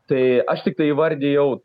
tai aš tiktai įvardijau